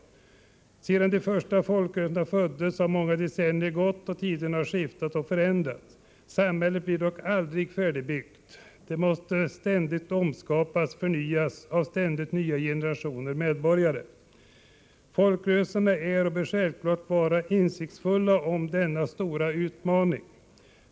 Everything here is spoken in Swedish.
Sedan de första folkrörelserna föddes har många decennier gått och tiderna skiftat och förändrats. Samhället blir dock aldrig färdigbyggt. Det måste ständigt omskapas, förnyas, av ständigt nya generationer medborgare. Folkrörelserna är och bör självfallet vara insiktsfulla om denna stora utmaning.